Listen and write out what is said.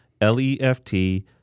L-E-F-T